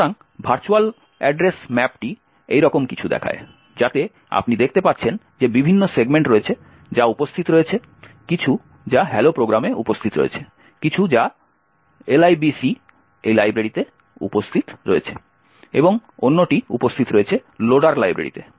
সুতরাং ভার্চুয়াল ঠিকানা মানচিত্রটি এইরকম কিছু দেখায় যাতে আপনি দেখতে পাচ্ছেন যে বিভিন্ন সেগমেন্ট রয়েছে যা উপস্থিত রয়েছে কিছু যা hello প্রোগ্রামে উপস্থিত রয়েছে কিছু যা libc লাইব্রেরিতে উপস্থিত রয়েছে এবং অন্যটি উপস্থিত রয়েছে লোডার লাইব্রেরিতে